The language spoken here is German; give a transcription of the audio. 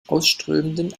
ausströmenden